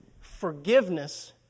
forgiveness